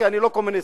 כי אני לא קומוניסט.